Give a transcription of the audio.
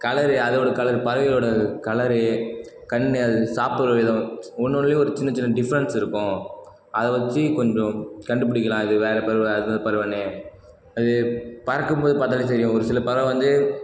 colour அதோடய colour பறவைகளோடய colour கண்ணு அது சாப்பிட்ற விதம் ஒன்று ஒன்னுலேயும் ஒரு சின்ன சின்ன டிஃப்ரென்ட்ஸ் இருக்கும் அதை வச்சு கொஞ்சம் கண்டுபிடிக்கலாம் இது வேறு பறவை அது வேறு பறவைன்னு அது பறக்கும் போது பார்த்தாலே தெரியும் ஒரு சில பறவை வந்து